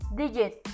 digit